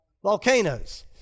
Volcanoes